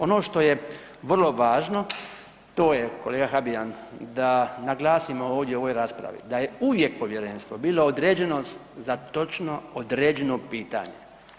Ono što je vrlo važno to je kolega Habijan da naglasimo ovdje u ovoj raspravi da je uvijek povjerenstvo bilo određeno za točno određeno pitanje.